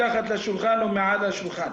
מתחת לשולחן ומעל לשולחן.